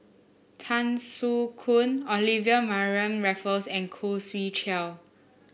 Tan Soo Khoon Olivia Mariamne Raffles and Khoo Swee Chiow